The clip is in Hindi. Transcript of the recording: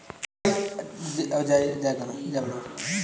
एक रिपलकैरी योजक उसी तरह काम करता है जैसे पेंसिल और पेपर जोड़ने कि विधि